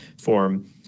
form